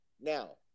Now